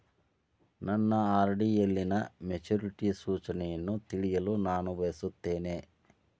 ನನ್ನ ಆರ್.ಡಿ ಯಲ್ಲಿನ ಮೆಚುರಿಟಿ ಸೂಚನೆಯನ್ನು ತಿಳಿಯಲು ನಾನು ಬಯಸುತ್ತೇನೆ